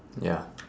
ya